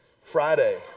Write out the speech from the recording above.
Friday